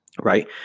right